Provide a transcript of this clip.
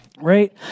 right